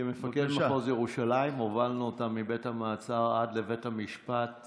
כמפקד מחוז ירושלים הובלנו אותם מבית המעצר עד לבית המשפט,